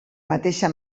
mateixa